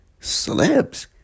celebs